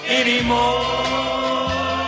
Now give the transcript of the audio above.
anymore